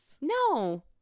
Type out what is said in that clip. No